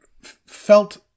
felt